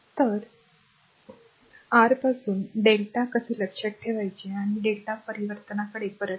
तर r पासून lrmΔ कसे लक्षात ठेवायचे तर Δ परिवर्तनाकडे परत या